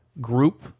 group